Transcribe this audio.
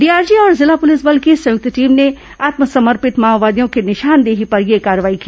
DRG और जिला पुलिस बल की संयुक्त टीम ने आत्मसमर्पित माओवादियों की निशानदेही पर यह कार्रवाई की